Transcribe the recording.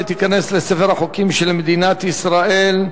והחוק ייכנס לספר החוקים של מדינת ישראל.